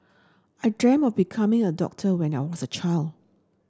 I dreamt of becoming a doctor when I was a child